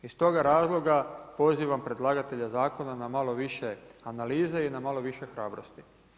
Iz toga razloga pozivam predlagatelja zakona na malo više analize i na malo više hrabrosti.